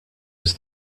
was